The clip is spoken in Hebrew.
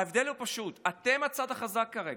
ההבדל הוא פשוט: אתם הצד החזק כרגע,